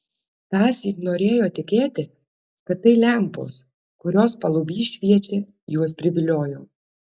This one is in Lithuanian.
tąsyk norėjo tikėti kad tai lempos kurios paluby šviečia juos priviliojo